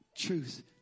truth